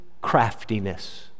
craftiness